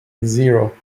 zero